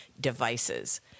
devices